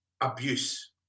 abuse